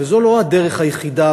וזו לא הדרך היחידה,